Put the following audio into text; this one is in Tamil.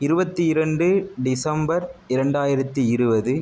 இருபத்தி இரண்டு டிசம்பர் இரண்டாயிரத்து இருபது